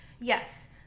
Yes